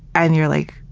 and you're like,